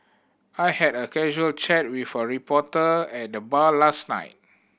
I had a casual chat with a reporter at the bar last night